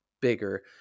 bigger